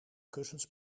kussens